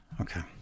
Okay